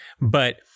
But-